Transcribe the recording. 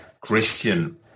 Christian